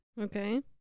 Okay